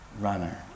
runner